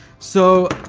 so,